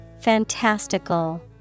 Fantastical